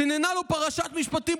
היא סיננה לו: "פרשת משפטים,